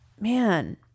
man